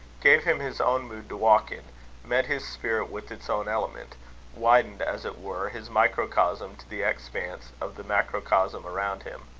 gave him his own mood to walk in met his spirit with its own element widened, as it were, his microcosm to the expanse of the macrocosm around him.